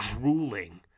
grueling